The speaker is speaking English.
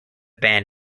band